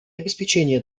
обеспечения